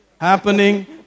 happening